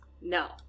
no